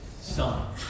Son